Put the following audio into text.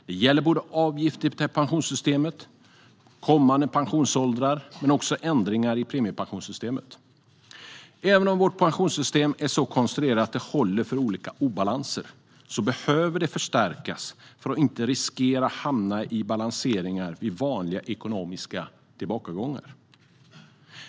Det gäller avgifter till pensionssystemet och kommande pensionsåldrar men också ändringar i premiepensionssystemet. Även om vårt pensionssystem är så konstruerat att det håller för olika obalanser behöver det förstärkas för att inte riskera att hamna i balanseringar vid vanliga ekonomiska tillbakagångar.